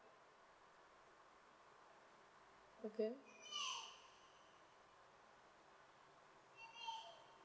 okay